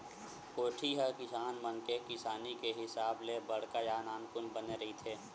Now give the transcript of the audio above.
कोठी ह किसान मन के किसानी के हिसाब ले बड़का या नानकुन बने रहिथे